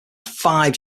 five